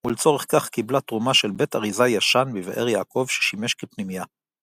ולצורך כך קיבלה תרומה של בית אריזה ישן בבאר יעקב ששימש כפנימייה.